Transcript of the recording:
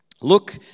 Look